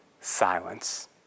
silence